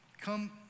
Come